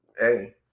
hey